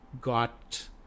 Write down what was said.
got